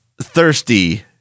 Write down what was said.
thirsty